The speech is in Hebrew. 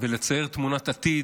ולצייר תמונת עתיד,